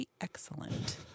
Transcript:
excellent